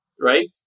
Right